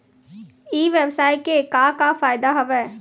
ई व्यवसाय के का का फ़ायदा हवय?